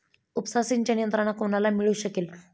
उपसा सिंचन यंत्रणा कोणाला मिळू शकेल?